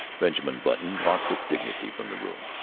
benjamin button walked with dignity from the room,